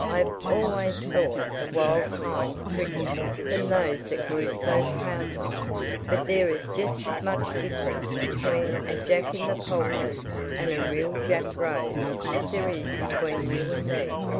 i have always thought the wild kinds prettier than those that grew so proud-like but there is just as much difference between a jack-in-the-pulpit and a real jack rose as there is between you and me!